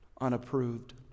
unapproved